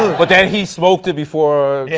but then he smoked it before yeah